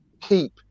keep